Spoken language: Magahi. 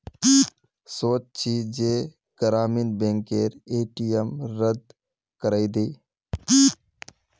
सोच छि जे ग्रामीण बैंकेर ए.टी.एम रद्द करवइ दी